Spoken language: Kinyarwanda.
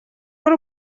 w’u